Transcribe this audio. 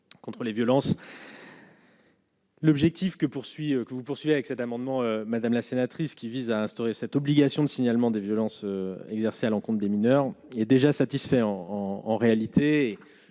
contre les violences. L'objectif que poursuit que vous poursuivez avec cet amendement, madame la sénatrice, qui vise à instaurer cette obligation de signalement des violences exercées à l'an compte des mineurs est déjà satisfait en en réalité,